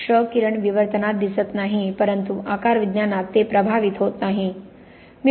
क्ष किरण विवर्तनात दिसत नाही परंतु आकारविज्ञानात ते प्रभावित होत नाही